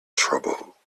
trouble